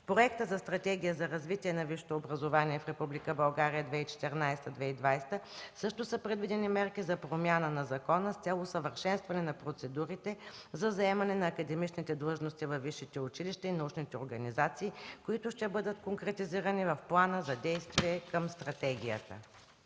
В Проекта на Стратегия за развитие на висшето образование в Република България 2014-2020 г. също са предвидени мерки за промяна на закона с цел усъвършенстване на процедурите за заемане на академичните длъжности във висшите училища и научните организации, които ще бъдат конкретизирани в плана за действие към стратегията.